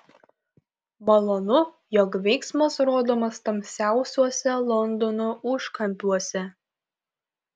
malonu jog veiksmas rodomas tamsiausiuose londono užkampiuose